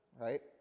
Right